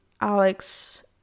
Alex